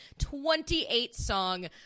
28-song